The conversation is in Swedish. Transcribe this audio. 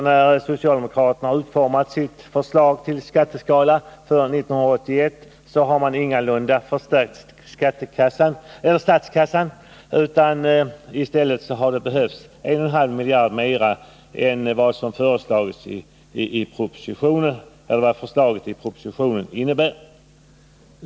När socialdemokraterna har utformat sitt förslag till skatteska lor för 1981 har de ingalunda förstärkt statskassan utan i stället har det Nr 54 behövts 1,5 miljard mer än vad förslaget i propositionen innebär.